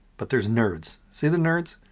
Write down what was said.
but there's nerds. see the nerds?